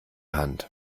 hand